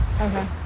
Okay